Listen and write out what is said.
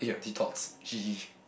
oh your detox g_g